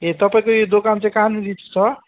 ए तपाईँको यो दोकान चाहिँ कहाँनिर छ